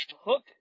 Hook